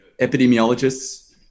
epidemiologists